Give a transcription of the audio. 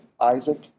Isaac